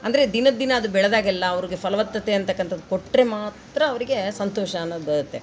ಅಂದರೆ ದಿನದಿನ ಅದು ಬೆಳೆದಾಗೆಲ್ಲ ಅವ್ರಿಗೆ ಫಲವತ್ತತೆ ಅಂತಕಂಥದ್ ಕೊಟ್ಟರೆ ಮಾತ್ರ ಅವರಿಗೆಗೆ ಸಂತೋಷ ಅನ್ನೋದು ಬರುತ್ತೆ